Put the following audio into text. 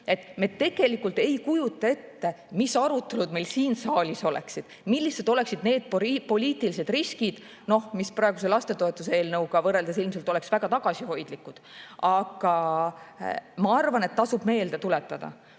me tegelikult ei kujuta ette, mis arutelud meil siin saalis oleksid, millised oleksid need poliitilised riskid, mis praeguse lastetoetuse eelnõuga võrreldes ilmselt oleks väga tagasihoidlikud. Aga ma arvan, et tasub meelde tuletada